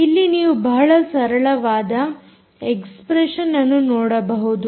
ಇಲ್ಲಿ ನೀವು ಬಹಳ ಸರಳವಾದ ಎಕ್ಸ್ಪ್ರೆಷನ್ಅನ್ನು ನೋಡಬಹುದು